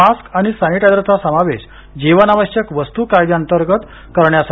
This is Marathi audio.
मास्क आणि सॅनिटायजरचा समावेश जीवनावश्यक वस्तू कायद्यांतर्गत करण्यासाठी